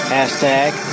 Hashtag